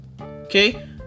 okay